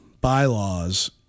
bylaws